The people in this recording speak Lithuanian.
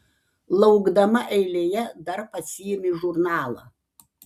laukdama eilėje dar pasiėmė žurnalą